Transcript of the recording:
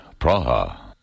Praha